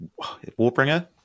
Warbringer